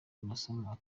masomo